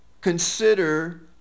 consider